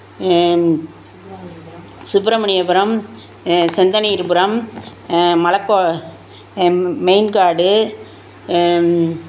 சுப்ரமணியபுரம் செந்தணீர்புரம் மலக்கோ மெயின் காடு